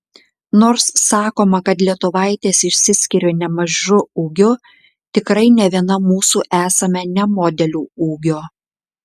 nors sakoma kad lietuvaitės išsiskiria nemažu ūgiu tikrai ne viena mūsų esame ne modelių ūgio